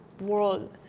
world